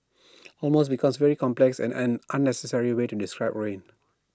almost because very complex and an unnecessary way to describe rain